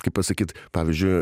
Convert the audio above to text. kaip pasakyt pavyzdžiui